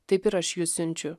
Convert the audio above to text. taip ir aš jus siunčiu